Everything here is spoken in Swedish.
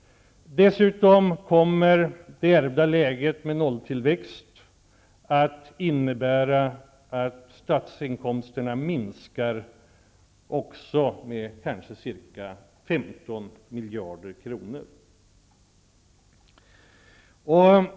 Dessutom kommer det ärvda läget med nolltillväxt att innebära att statsinkomsterna minskar med kanske ca 15 miljarder kronor.